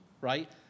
right